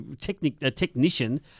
Technician